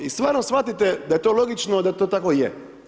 I stvarno shvatite da je to logično da to tako je.